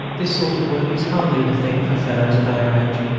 this sort of work is hardly the thing for fellows of our age.